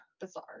Bizarre